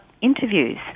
interviews